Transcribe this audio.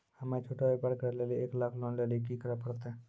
हम्मय छोटा व्यापार करे लेली एक लाख लोन लेली की करे परतै?